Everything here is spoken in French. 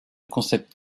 concept